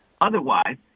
Otherwise